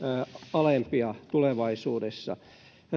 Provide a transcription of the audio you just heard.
alempia tulevaisuudessa